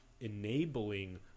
enabling